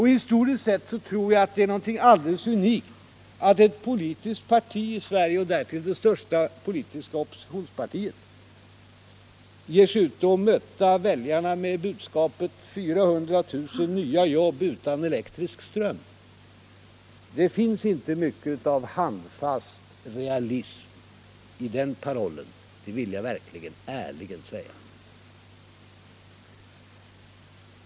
Historiskt sett tror jag att det är någonting alldeles unikt att ett politiskt parti i Sverige, och därtill det största oppositionspartiet, ger sig ut att möta väljarna med budskapet 400 000 nya jobb — utan elektrisk ström. Det finns inte mycket av handfast realism i den parollen. Det vill jag ärligen säga.